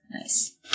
Nice